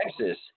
Texas